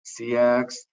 CX